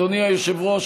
אדוני היושב-ראש,